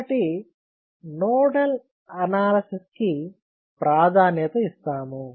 కాబట్టి nodal analysis కి ప్రాధాన్యత ఇస్తాము